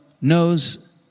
knows